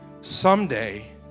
Someday